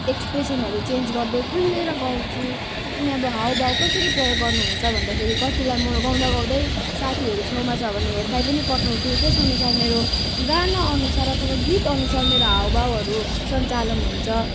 एक्सप्रेसनहरू change गर्दै खुलेर गाउँछु अनि अब हावभाव कसरी प्रयोग गर्नुहुन्छ भन्दाखेरि कतिलाई म गाउँदा गाउँदै साथीहरू छेउमा छ भने हिर्काइ पनि पठाउँछु त्यस अनुसार मेरो गाना अनुसार अथवा गीत अनुसार मेरो हावभावहरू सञ्चालन हुन्छ